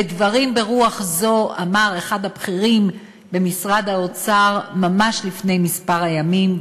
דברים ברוח זו אמר אחד הבכירים במשרד האוצר ממש לפני מספר ימים,